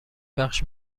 بخش